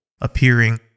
appearing